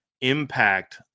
impact